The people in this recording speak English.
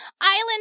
Island